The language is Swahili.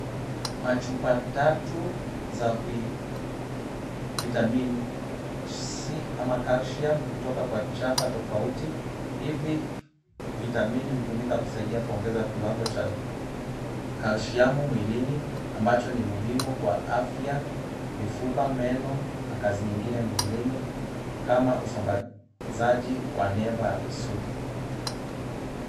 Machupa tatu za vitamin C ama Calcium kutoka kwa chapa tofauti. Hivi vitamini hutumika kusaidia kuongeza kiwango cha kalsiumu mwilini ambacho ni muhimu kwa afya, mifupa, meno na kazi nyingine mwilini kama usambazaji wa neva ya misuli.